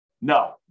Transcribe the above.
No